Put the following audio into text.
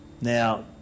Now